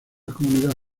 comunidad